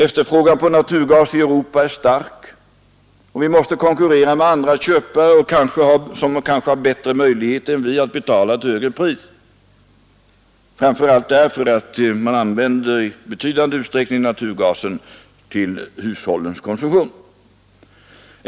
Efterfrågan på naturgas i Europa är stark, och vi måste konkurrera med andra köpare som kanske har bättre möjligheter än vi att betala ett högre pris, framför allt därför att man i betydande utsträckning använder naturgasen för hushållskonsumtion.